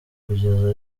kugeza